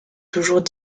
toujours